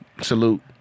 Salute